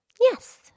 Yes